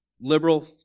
Liberal